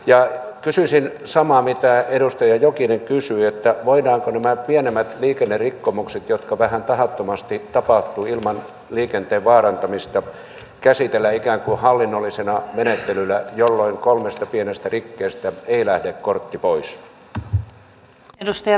ja kysyisin samaa mitä edustaja jokinen kysyi voidaanko nämä pienemmät liikennerikkomukset jotka vähän tahattomasti ovat tapahtuneet ilman liikenteen vaarantamista käsitellä ikään kuin hallinnollisena menettelynä jolloin kolmesta pienestä rikkeestä ei lähde kortti pois